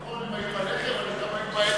קודם הם היו בלח"י אבל הם גם היו באצ"ל.